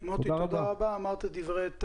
אמרת דברי טעם.